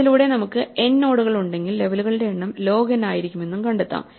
ഇതിലൂടെ നമുക്ക് n നോഡുകൾ ഉണ്ടെങ്കിൽ ലെവലുകളുടെ എണ്ണം ലോഗ് n ആയിരിക്കുമെന്നും കണ്ടെത്താം